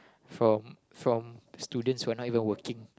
from from students who are not even working